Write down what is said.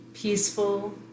Peaceful